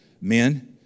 Men